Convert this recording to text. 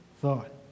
thought